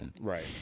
Right